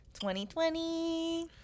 2020